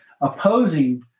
opposing